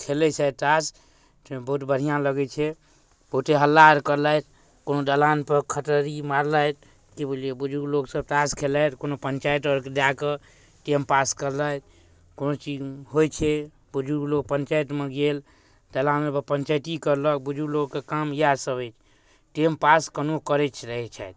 खेलै छथि ताश ताहिमे बहुत बढ़िआँ लगै छै ओतेक हल्ला आओर करलथि कोनो दलानपर खटरी मारलथि कि बुझलिए बुजुर्ग लोकसभ ताया खेललथि कोनो पञ्चाइत आओर जाकऽ टाइमपास करलथि कोनो चीज होइ छै बुजुर्ग लोक पञ्चाइतमे गेल दलानेपर पञ्चैती करलक बुजुर्ग लोकके काम इएहसब अछि टाइमपास कोनो करैत रहै छथि